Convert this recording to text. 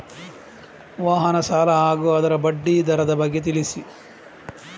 ವಾಹನ ಸಾಲ ಹಾಗೂ ಅದರ ಬಡ್ಡಿ ದರದ ಬಗ್ಗೆ ತಿಳಿಸಿ?